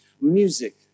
Music